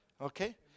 Okay